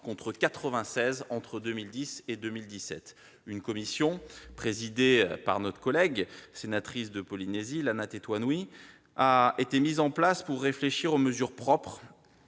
contre 96 entre 2010 et 2017 ! Une commission, présidée par notre collègue de Polynésie Lana Tetuanui, a été mise en place pour réfléchir aux mesures propres